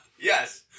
Yes